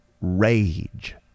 rage